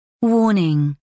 Warning